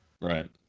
right